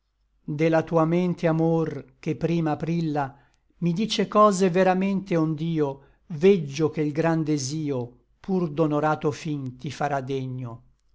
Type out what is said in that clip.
la tua mente amor che prima aprilla mi dice cose veramente ond'io veggio che l gran desio pur d'onorato fin ti farà degno